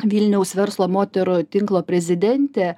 vilniaus verslo moterų tinklo prezidentė